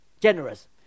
generous